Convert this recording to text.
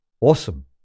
awesome